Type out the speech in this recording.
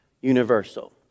universal